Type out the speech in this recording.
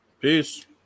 Peace